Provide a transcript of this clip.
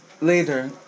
later